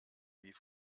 wie